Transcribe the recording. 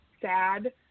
sad